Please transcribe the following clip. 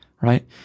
right